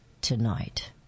tonight